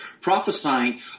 prophesying